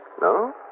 No